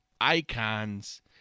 icons